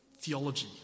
theology